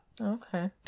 okay